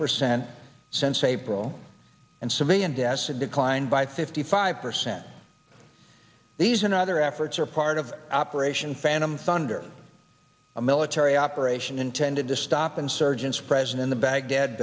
percent since april and civilian deaths have declined by fifty five percent these another efforts are part of operation phantom thunder a military operation intended to stop insurgents present in the baghdad